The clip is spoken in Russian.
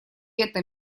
этом